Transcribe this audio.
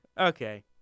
Okay